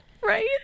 Right